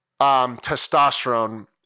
testosterone